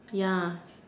ya